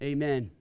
Amen